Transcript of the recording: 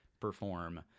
perform